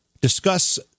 discuss